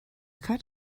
cut